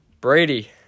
Brady